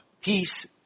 peace